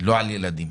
לא על הילדים.